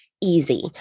easy